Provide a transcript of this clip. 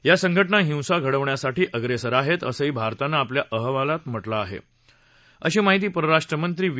या संघटना हिंसा घडवण्यासाठी अप्रेसर आहेत असंही भारतानं आपल्या आवाहनात म्हटलं आहे अशी माहिती परराष्ट्र राज्यमंत्री वी